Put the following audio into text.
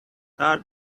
hard